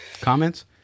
Comments